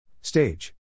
Stage